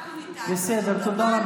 מין טריק